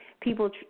people